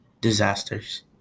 disasters